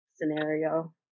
scenario